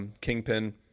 Kingpin